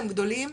הם גדולים,